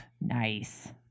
Nice